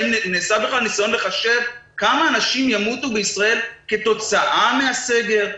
האם נעשה בכלל ניסיון לחשב כמה אנשים ימותו בישראל כתוצאה מהסגר?